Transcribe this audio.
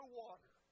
water